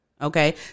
okay